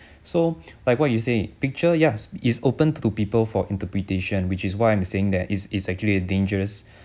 so like what you say picture yes is open to people for interpretation which is why I'm saying that it's it's actually a dangerous